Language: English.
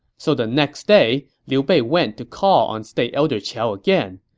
so the next day, liu bei went to call on state elder qiao again.